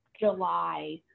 July